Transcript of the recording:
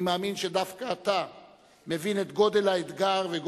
אני מאמין שדווקא אתה מבין את גודל האתגר ואת